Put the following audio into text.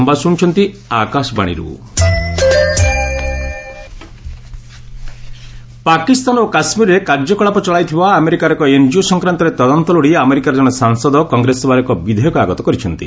US lawmakers Pakistan ଓ କାଶ୍ମୀରରେ କାର୍ଯ୍ୟକଳାପ ଚଳାଇଥିବା ଆମେରିକାର ଏକ ଏନ୍ଜିଓ ସଂକ୍ରାନ୍ତରେ ତଦନ୍ତ ଲୋଡ଼ି ଆମେରିକାର ଜଣେ ସାଂସଦ କଂଗ୍ରେସ ସଭାରେ ଏକ ବିଧେୟକ ଆଗତ କରିଛନ୍ତି